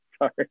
sorry